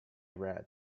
red